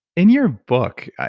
in your book,